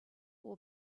will